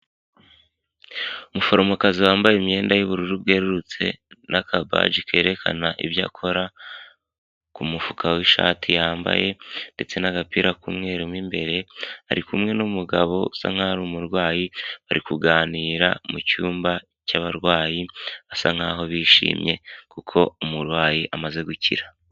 Umuforomokazi wambaye imyenda y'ubururu bwerurutse n'akabaji kerekana ibyo akora, ku mufuka w'ishati yambaye ndetse n'agapira k'umweru mu imbere, ari kumwe n'umugabo usa nkaho ari umurwayi, bari kuganira mu cyumba cy'abarwayi, basa nkaho bishimye kuko umurwayi amaze gukira.